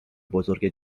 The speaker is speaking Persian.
بزرگ